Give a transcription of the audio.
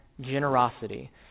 generosity